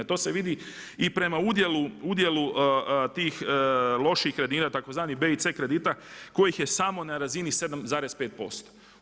To se vidi i prema udjelu tih loših kredita, tzv. B i C kredita kojih je samo na razini 7,5%